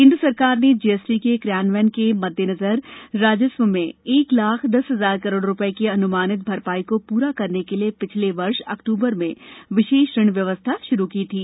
केन्द्र सरकार ने जीएसटी के कार्यान्वयन के मद्देनजर राजस्व में एक लाख दस हजार करोड़ रुपये की अन्मानित भरपाई को प्रा करने के लिए पिछले वर्ष अक्तूबर में विशेष ऋण व्यवस्था शुरू की थी